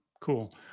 Cool